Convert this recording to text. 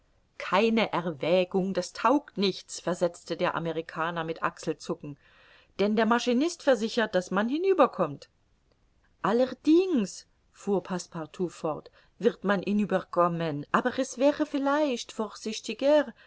keine erwägung das taugt nichts versetzte der amerikaner mit achselzucken denn der maschinist versichert daß man hinüber kommt allerdings fuhr passepartout fort wird man hinüber kommen aber es wäre vielleicht vorsichtiger